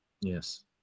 Yes